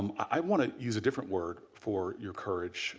um i want to use a different word for your courage